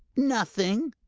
nothing,